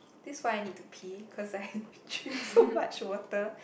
this why I need to pee because I have been chewing so much water